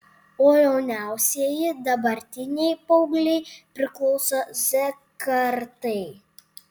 o jauniausieji dabartiniai paaugliai priklauso z kartai